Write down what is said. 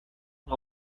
uma